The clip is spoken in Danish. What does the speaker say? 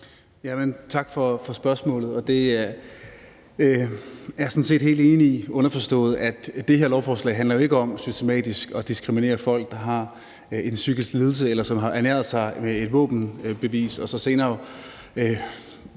Tak for spørgsmålet. Det er jeg sådan set helt enig i, underforstået, at det her lovforslag jo ikke handler om systematisk at diskriminere folk, der har en psykisk lidelse, eller som har ernæret sig ved et våbenbevis